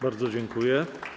Bardzo dziękuję.